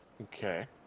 Okay